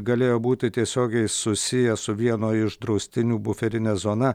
galėjo būti tiesiogiai susiję su vieno iš draustinių buferine zona